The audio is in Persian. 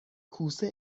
کوسه